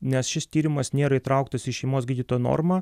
nes šis tyrimas nėra įtrauktas į šeimos gydytojo normą